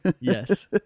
Yes